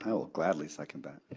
will gladly second that.